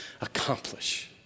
accomplish